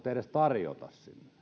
edes tarjota sinne se